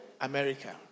America